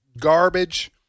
garbage